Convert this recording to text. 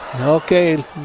Okay